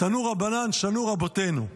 "תנו רבנן", שנו רבותינו,